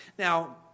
Now